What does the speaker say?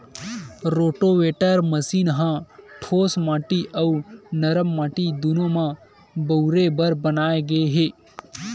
rotavator मसीन ह ठोस माटी अउ नरम माटी दूनो म बउरे बर बनाए गे हे